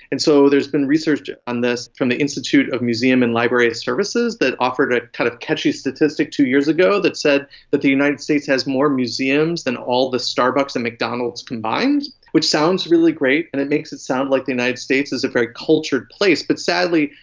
and so there's been research on this from the institute of museum and library services that offered a kind of catchy statistic two years ago that said that the united states has more museums than all the starbucks and mcdonald's combined, which sounds really great and it makes it sound like the united states is a very cultured place. but sadly,